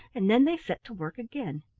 and then they set to work again.